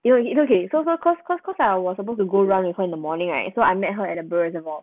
it only it's okay so so cause cause cause I was supposed to go run with her in the morning right so I met her at the reservoir